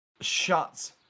Shut